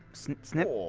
snip ooh,